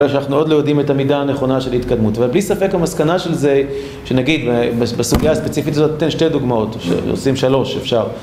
אנחנו עוד לא יודעים את המידה הנכונה של ההתקדמות ובלי ספק המסקנה של זה שנגיד בסוגיה הספציפית נותן שתי דוגמאות, עושים שלוש אפשר